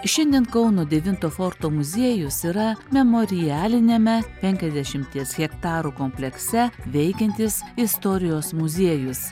šiandien kauno devinto forto muziejus yra memorialiniame penkiasdešimties hektarų komplekse veikiantis istorijos muziejus